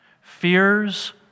fears